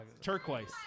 Turquoise